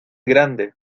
grande